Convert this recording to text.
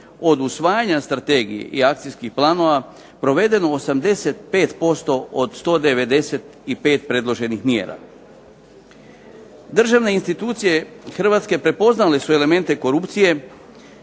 od usvajanja strategije i akcijskih planova provedeno 85% od 195 predloženih mjera. Državne institucije Hrvatske prepoznale su elemente korupcije,